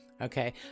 Okay